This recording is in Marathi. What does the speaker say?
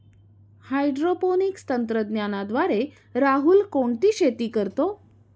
हायड्रोपोनिक्स तंत्रज्ञानाद्वारे राहुल कोणती शेती करतो?